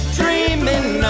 dreaming